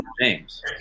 James